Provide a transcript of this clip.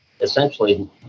essentially